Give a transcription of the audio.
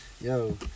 Yo